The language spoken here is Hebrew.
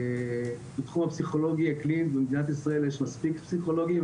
בתחום הפסיכולוגיה הקלינית במדינת ישראל יש מספיק פסיכולוגים,